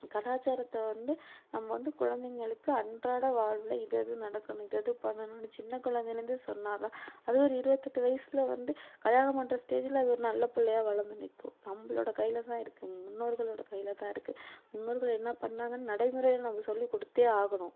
கலாச்சாரத்தை வந்து நம்ப வந்து குழந்தைங்களுக்கு அன்றாட வாழ்வில் இதை அது நடக்கணும் இதை அது பண்ணனுன்னு சின்ன குழந்தைலந்து சொன்னா தான் அத ஒரு இருபத்தெட்டு வயிசில் வந்து கல்யாணம் பண்ணுற ஸ்டேஜில் அது ஒரு நல்ல பிள்ளையா வளந்து நிற்கும் நம்பளோட கையில் தான் இருக்கு முன்னோர்களோட கையில் தான் இருக்கு முன்னோர்கள் என்ன பண்ணாங்கன்னு நடைமுறையில் நம்ம சொல்லிக் கொடுத்தே ஆகணும்